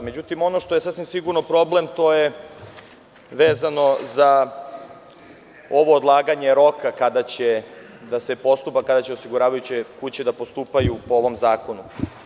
Međutim, ono što je sasvim sigurno problem, to je vezano za ovo odlaganje roka, kada će osiguravajuće kuće da postupaju po ovom zakonu.